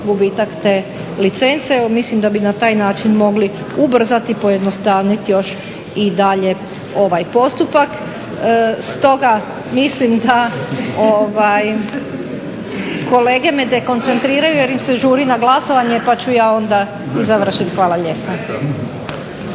gubitak te licence. Evo mislim da bi na taj način mogli ubrzati, pojednostavniti još i dalje ovaj postupak. Stoga mislim da, kolege me dekoncentriraju jer im se žuri na glasovanje, pa ću ja onda i ja završit. Hvala lijepa.